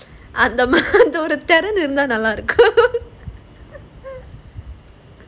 அந்த மாதிரி:andha maadhiri இன்னும் நல்லா இருக்கும்:innum nallaa irukkum